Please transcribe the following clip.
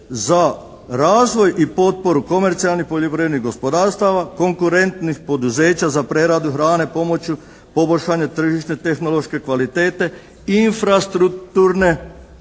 za razvoj i potporu komercijalnih poljoprivrednih gospodarstava konkurentnih poduzeća za preradu hrane pomoću poboljšanja tržišta, tehnološke kvalitete i infrastrukturne